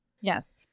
Yes